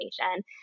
information